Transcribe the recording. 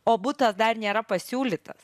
o butas dar nėra pasiūlytas